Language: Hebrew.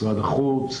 משרד החוץ,